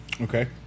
Okay